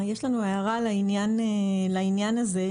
יש לנו הערה לעניין הזה,